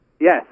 Yes